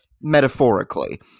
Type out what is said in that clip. metaphorically